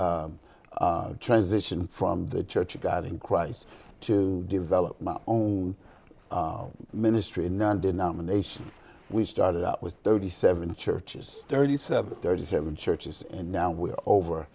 i transitioned from the church of god in christ to develop my own ministry and now denomination we started out with thirty seven churches thirty seven thirty seven churches and now we're over